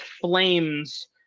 flames